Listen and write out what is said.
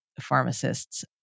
pharmacists